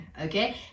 okay